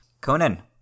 Conan